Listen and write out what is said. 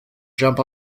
jump